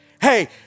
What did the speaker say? Hey